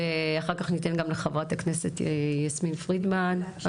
ואחר כך ניתן גם לחברת הכנסת יסמין פרידמן.